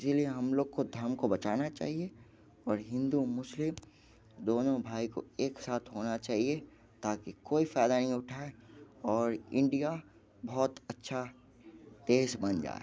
इसी लिए हम लोग को धर्म को बचाना चाहिए और हिंदू मुस्लिम दोनों भाई को एक साथ होना चाहिए ताकि कोई फ़ायदा नहीं उठाए और इंडिया बहुत अच्छा देश बन जाए